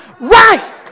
right